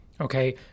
Okay